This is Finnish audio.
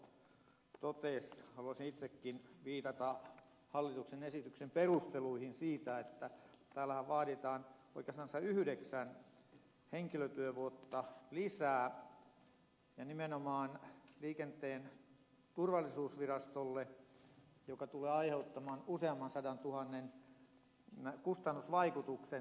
mauri salo totesi haluaisin itsekin viitata hallituksen esityksen perusteluihin siitä että täällähän vaaditaan oikeastansa yhdeksän henkilötyövuotta lisää ja nimenomaan liikenneturvallisuusvirastolle mikä tulee aiheuttamaan useamman sadantuhannen kustannusvaikutuksen